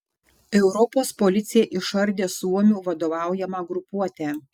europos policija išardė suomių vadovaujamą grupuotę